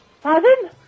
Pardon